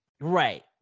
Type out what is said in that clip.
Right